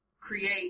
create